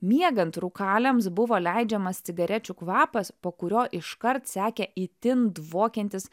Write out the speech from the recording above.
miegant rūkaliams buvo leidžiamas cigarečių kvapas po kurio iškart sekė itin dvokiantis